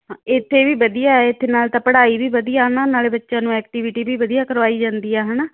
ਹਾਂ ਇੱਥੇ ਵੀ ਵਧੀਆ ਇੱਥੇ ਨਾਲ ਤਾਂ ਪੜ੍ਹਾਈ ਵੀ ਵਧੀਆ ਹੈਨਾ ਨਾਲੇ ਬੱਚਿਆਂ ਨੂੰ ਐਕਟੀਵਿਟੀ ਵੀ ਵਧੀਆ ਕਰਵਾਈ ਜਾਂਦੀ ਆ ਹੈ ਨਾ